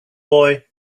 boy